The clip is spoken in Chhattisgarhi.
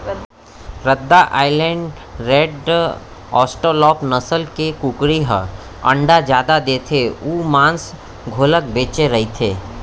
रद्दा आइलैंड रेड, अस्टालार्प नसल के कुकरी ह अंडा जादा देथे अउ मांस घलोक बनेच रहिथे